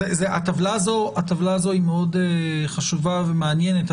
הטבלה הזו מאוד חשובה ומעניינת,